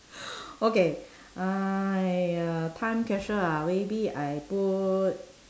okay !aiya! time capsule ah maybe I put